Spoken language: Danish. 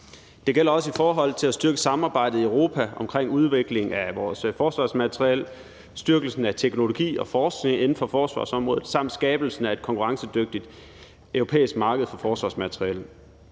Det gælder også i forhold til at styrke samarbejdet i Europa omkring udviklingen af vores forsvarsmateriel, styrkelsen af teknologi og forskning inden for forsvarsområdet samt skabelsen af et konkurrencedygtigt europæisk marked for forsvarsmateriel.